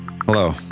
Hello